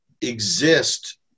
exist